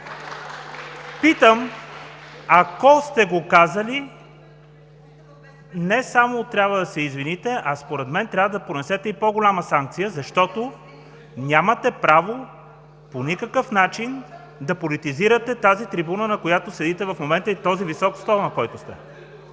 Питам: ако сте го казали, не само трябва да се извините, а според мен трябва да понесете и по-голяма санкция, защото нямате право по никакъв начин да политизирате тази трибуна, на която седите в момента и този висок стол, на който сте.